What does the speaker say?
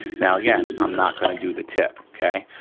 now again, i'm not gonna do the tip, okay.